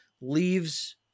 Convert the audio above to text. leaves